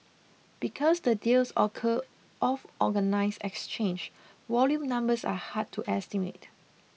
because the deals occur off organised exchange volume numbers are hard to estimate